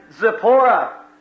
Zipporah